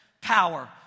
power